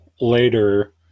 later